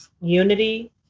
unity